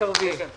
זו